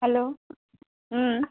hello হুম